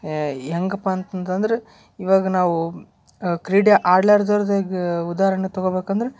ಹೆಂಗಪ್ಪ ಅಂತಂತಂದರೆ ಇವಾಗ ನಾವು ಕ್ರೀಡೆ ಆಡ್ಲಾರ್ದರ್ದೆಗೇ ಉದಾಹರಣೆ ತಗೋಬೇಕಂದ್ರೆ